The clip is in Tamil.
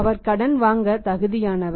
அவர் கடன் வாங்க தகுதியானவர்